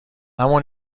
همون